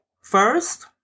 first